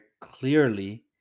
clearly